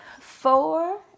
four